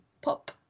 Pop